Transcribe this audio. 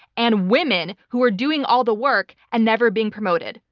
and women who are doing all the work and never being promoted.